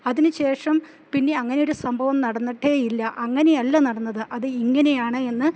അതിന് ശേഷം പിന്നെ അങ്ങനെയൊരു സംഭവം നടന്നിട്ടേയില്ല അങ്ങനെയല്ല നടന്നത് അത് ഇങ്ങനെയാണെന്ന്